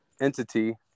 entity